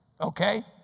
okay